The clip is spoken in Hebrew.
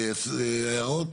הערות?